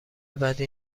بدی